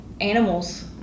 animals